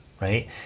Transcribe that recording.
right